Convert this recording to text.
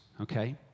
Okay